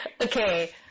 Okay